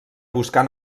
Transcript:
buscar